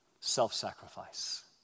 self-sacrifice